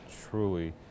truly